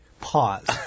pause